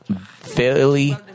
fairly